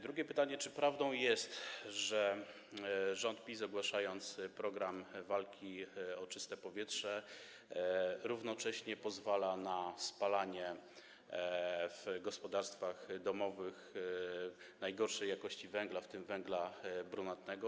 Drugie pytanie: Czy prawdą jest, że rząd PiS, ogłaszając program walki o czyste powietrze, równocześnie pozwala na spalanie w gospodarstwach domowych najgorszej jakości węgla, w tym węgla brunatnego?